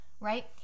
Right